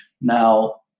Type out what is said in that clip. Now